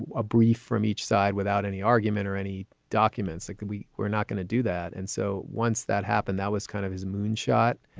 a brief from each side without any argument or any documents that can we. we're not going to do that. and so once that happened, that was kind of his moonshot.